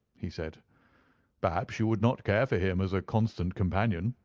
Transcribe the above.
he said perhaps you would not care for him as a constant companion.